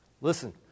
Listen